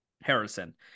Harrison